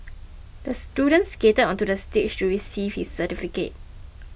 the student skated onto the stage to receive his certificate